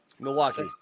Milwaukee